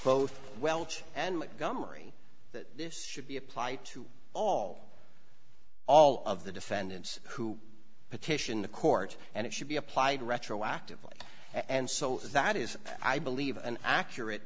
both welsh and gomery that this should be applied to all all of the defendants who petition the court and it should be applied retroactively and so that is i believe an accurate